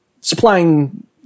supplying